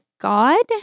God